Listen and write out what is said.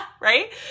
right